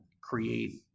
create